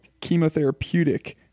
chemotherapeutic